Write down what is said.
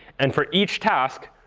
and for each task,